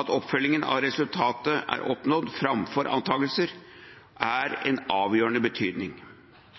Oppfølging av at resultater blir oppnådd, framfor antagelser om at de er det, er av avgjørende betydning.